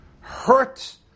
hurt